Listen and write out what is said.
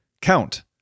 Count